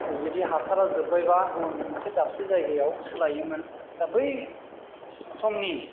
जुदि हासारा जोब्बायबा गुबुन मोनसे दाबसे जायगायाव सोलायोमोन दा बै समनि